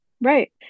Right